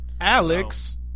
Alex